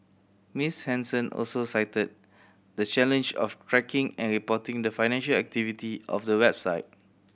Miss Henson also cited the challenge of tracking and reporting the financial activity of the website